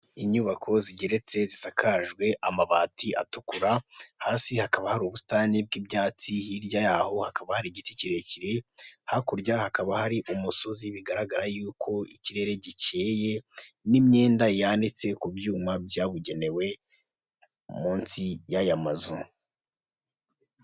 Inyubako zigeretse zisakajwe amabati atukura, hasi hakaba hari ubusitani bw'ibyatsi, hirya yaho hakaba hari igiti kirekire, hakurya hakaba hari umusozi bigaragara yuko ikirere gikeye n'imyenda yanitse ku byuma byabugenewe munsi y'aya mazu.